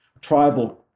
tribal